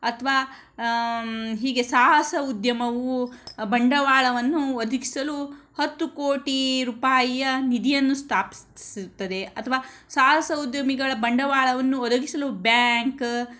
ಅಥವಾ ಹೀಗೆ ಸಾಹಸ ಉದ್ಯಮವು ಬಂಡವಾಳವನ್ನು ಒದಗಿಸಲು ಹತ್ತು ಕೋಟಿ ರೂಪಾಯಿಯ ನಿಧಿಯನ್ನು ಸ್ಥಾಪಿಸಿರ್ತದೆ ಅಥವಾ ಸಾಹಸ ಉದ್ಯಮಿಗಳ ಬಂಡವಾಳವನ್ನು ಒದಗಿಸಲು ಬ್ಯಾಂಕ್